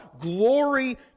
glory